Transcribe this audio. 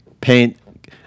Paint